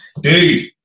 Dude